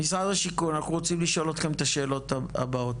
משרד השיכון אנחנו רוצים לשאול אותכם את השאלות הבאות.